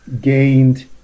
gained